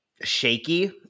shaky